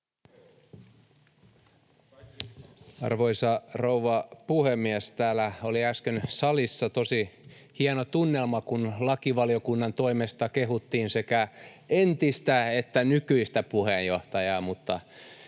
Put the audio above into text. Arvoisa rouva puhemies! Täällä oli äsken salissa tosi hieno tunnelma, kun lakivaliokunnan toimesta kehuttiin sekä entistä että nykyistä puheenjohtajaa,